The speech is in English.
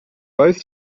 both